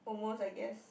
almost I guess